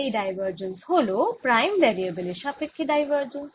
এই ডাইভারজেন্স হল prime variable এর সাপেক্ষে ডাইভারজেন্স